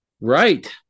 Right